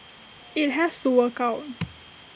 IT has to work out